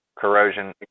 corrosion